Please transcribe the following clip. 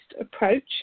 approach